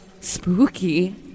spooky